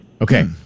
Okay